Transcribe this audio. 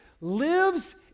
lives